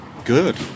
good